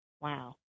Wow